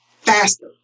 faster